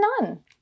none